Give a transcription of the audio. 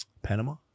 Panama